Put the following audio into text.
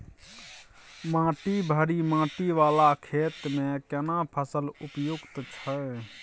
माटी भारी माटी वाला खेत में केना फसल उपयुक्त छैय?